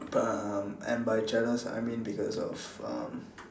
but um and by jealous I mean because of um